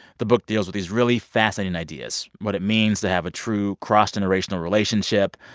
the book deals with these really fascinating ideas what it means to have a true, cross-generational relationship,